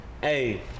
Hey